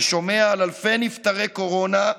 ששומע על אלפי נפטרי קורונה,